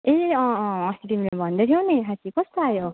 ए अँ अँ अस्ति तिमीले भन्दै थियौ नि साँच्चै कस्तो आयो